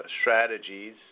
strategies